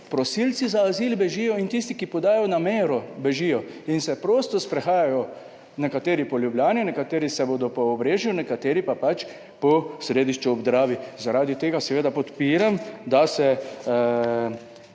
prosilci za azil bežijo in tisti, ki podajo namero bežijo in se prosto sprehajajo, nekateri po Ljubljani, nekateri se bodo po obrežju, nekateri pa pač po Središču ob Dravi. Zaradi tega seveda podpiram, da se